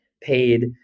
paid